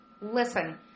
Listen